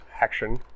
action